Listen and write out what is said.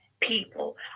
people